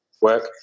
work